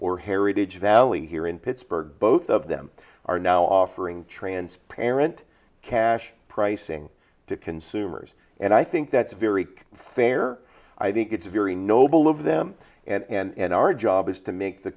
or heritage valley here in pittsburgh both of them are now offering transparent cash pricing to consumers and i think that's a very fair i think it's a very noble of them and our job is to make the